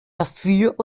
dafür